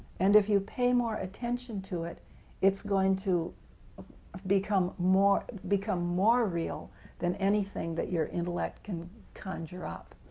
and if you pay more attention to it is going to ah ah become more become more real than anything that your intellect can conjure up.